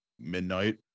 Midnight